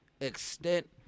extent